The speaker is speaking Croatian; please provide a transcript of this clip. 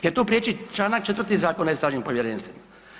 Jer to priječi članak 4. Zakona o istražnim povjerenstvima.